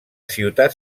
ciutat